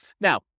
Now